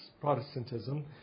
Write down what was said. Protestantism